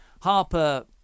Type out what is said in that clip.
Harper